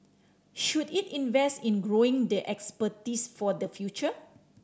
should it invest in growing the expertise for the future